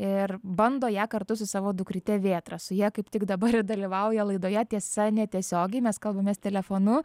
ir bando ją kartu su savo dukryte vėtra su ja kaip tik dabar ir dalyvauja laidoje tiesa netiesiogiai mes kalbamės telefonu